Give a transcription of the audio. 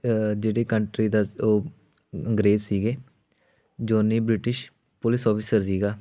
ਜਿਹੜੀ ਕੰਟਰੀ ਦਾ ਉਹ ਅੰਗਰੇਜ਼ ਸੀਗੇ ਜੋਨੀ ਬ੍ਰਿਟਿਸ਼ ਪੁਲਿਸ ਔਫਿਸਰ ਸੀਗਾ